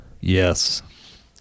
Yes